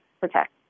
protect